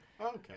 Okay